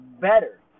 better